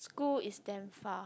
school is damn far